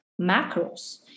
macros